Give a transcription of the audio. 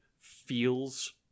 feels